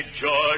George